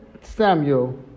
Samuel